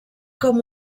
com